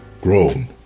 grown